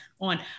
on